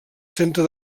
centre